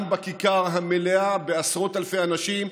גם בכיכר המלאה בעשרות אלפי אנשים,